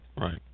right